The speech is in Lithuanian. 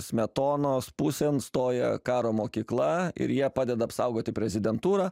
smetonos pusėn stoja karo mokykla ir jie padeda apsaugoti prezidentūrą